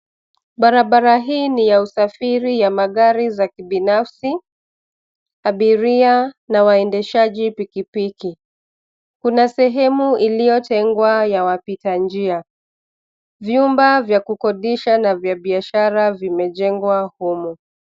Barabara hii ni ya usafiri ya magari za kibinafsi, abiria na waendeshaji pikipiki. Kuna sehemu iliyotengwa ya wapita njia. Vyumba vya kukodisha na vya biashara vimejengwa humu.